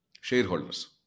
shareholders